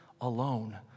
alone